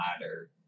ladder